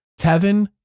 Tevin